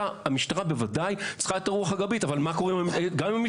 המשטרה בוודאי צריכה גם את הרוח הגבית אבל גם בה חובטים,